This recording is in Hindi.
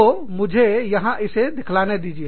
तो मुझे यहां इसे दिखलाने दीजिए